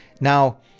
now